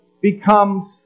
becomes